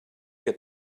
will